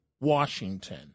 Washington